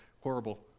horrible